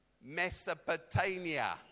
Mesopotamia